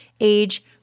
age